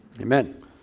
Amen